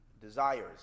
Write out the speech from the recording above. desires